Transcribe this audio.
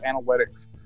analytics